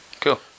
cool